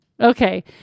Okay